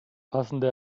passende